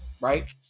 right